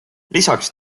lisaks